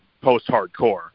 post-hardcore